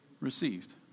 received